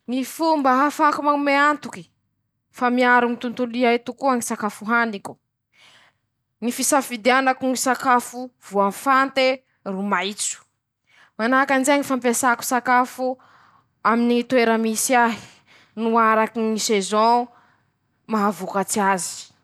Ñy sakafo matetiky anañan-teña hevi-diso na tsy iasan-teña loha loatsy: Ñy legimy mena, manahaky, ñy tamatesy noho ñy karôty, ñy avôka, ñy legumineuse, ñy tôfu.